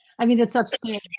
i mean, it's upstairs.